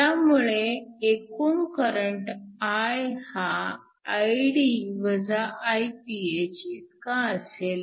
त्यामुळे एकूण current I हा Id Iph इतका असेल